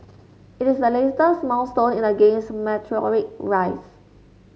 it is the latest milestone in the game's meteoric rise